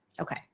Okay